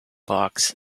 box